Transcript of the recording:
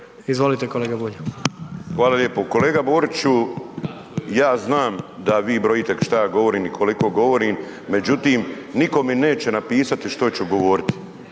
Izvolit kolega Bulj. **Bulj, Miro (MOST)** Kolega Boriću, ja znam da vi brojite šta ja govorim i koliko govorim, međutim nitko mi neće napisati što ću govoriti